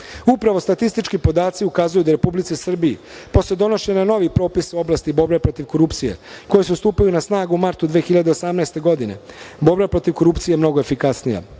statistički podaci ukazuju da u Republici Srbiji posle donošenja novih propisa u oblasti borbe protiv korupcije, koji su stupili na snagu u martu 2018. godine, borba korupcije je mnogo efikasnije.